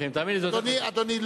אדוני,